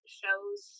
shows